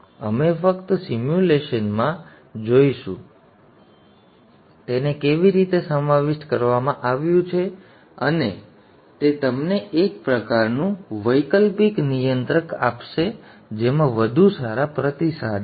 અમે ફક્ત સિમ્યુલેશનમાં પણ આ જોઈશું તેને કેવી રીતે સમાવિષ્ટ કરવામાં આવ્યું છે અને તે તમને એક પ્રકારનું વૈકલ્પિક નિયંત્રક આપશે જેમાં વધુ સારા પ્રતિસાદ છે